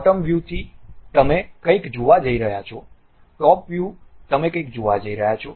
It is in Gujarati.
બોટમ વ્યૂ થી તમે કંઈક જોવા જઈ રહ્યા છો ટોપ વ્યૂ તમે કંઈક જોવા જઈ રહ્યા છો